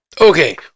Okay